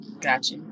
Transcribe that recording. Gotcha